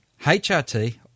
HRT